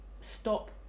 stop